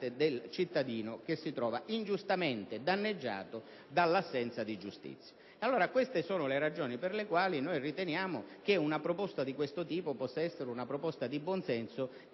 il cittadino che si trova ingiustamente danneggiato dall'assenza di giustizia. Queste sono le ragioni per le quali riteniamo che una proposta di questo tipo possa essere di buon senso,